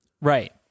Right